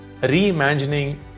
reimagining